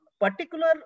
Particular